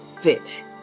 fit